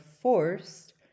forced